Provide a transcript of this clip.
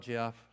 Jeff